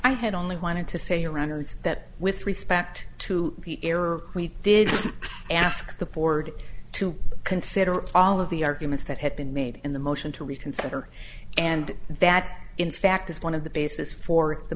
i had only wanted to say around or was that with respect to the error we did ask the board to consider all of the arguments that had been made in the motion to reconsider and that in fact is one of the basis for the